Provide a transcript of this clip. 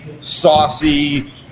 saucy